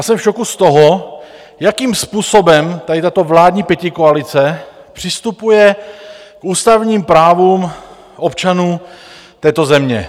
Jsem v šoku z toho, jakým způsobem tady tato vládní pětikoalice přistupuje k ústavním právům občanů této země.